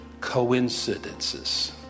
coincidences